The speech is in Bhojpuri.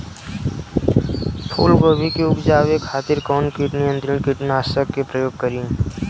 फुलगोबि के उपजावे खातिर कौन कीट नियंत्री कीटनाशक के प्रयोग करी?